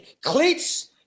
cleats